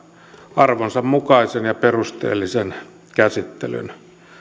arvonsa mukaisen ja perusteellisen käsittelyn